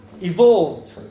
Evolved